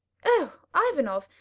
oh, ivanoff,